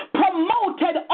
promoted